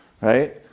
right